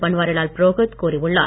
பன்வாரிலால் புரோஹித் கூறியுள்ளார்